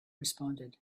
responded